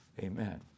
Amen